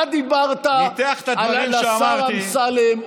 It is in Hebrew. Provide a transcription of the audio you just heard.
אתה דיברת על השר אמסלם,